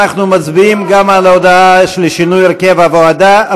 אנחנו מצביעים גם על ההודעה על שינוי הרכב הוועדה.